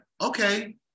okay